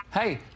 Hey